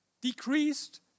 decreased